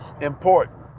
important